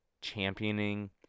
championing